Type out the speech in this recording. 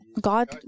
God